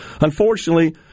Unfortunately